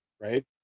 right